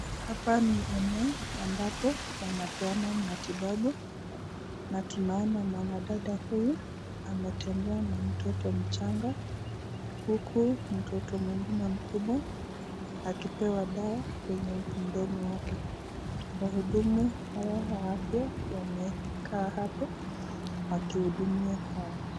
Hapa ni eneo ambapo wanapeana matibabu, na tunaona mwanadada huyu anatembea na mtoto mchanga huku mtoto mwingine mkubwa akipewa dawa kwenye mdomo wake, wahudumu hao wa afya wamekaa hapo wakihudumia hawa.